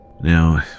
Now